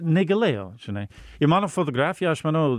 negalėjau žinai ir mano fotografija aš manau